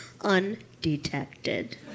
undetected